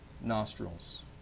nostrils